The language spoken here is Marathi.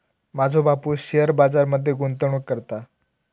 माझो बापूस शेअर बाजार मध्ये गुंतवणूक करता